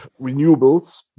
renewables